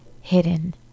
hidden